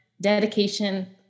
dedication